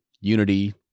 unity